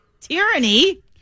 Tyranny